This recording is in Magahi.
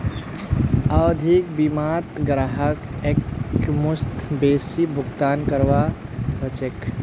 आवधिक बीमात ग्राहकक एकमुश्त बेसी भुगतान करवा ह छेक